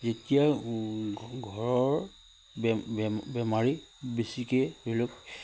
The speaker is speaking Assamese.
যেতিয়া ঘৰৰ বেমাৰী বেছিকে ধৰি লওক